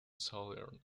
southern